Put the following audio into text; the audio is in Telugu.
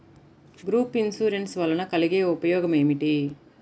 గ్రూప్ ఇన్సూరెన్స్ వలన కలిగే ఉపయోగమేమిటీ?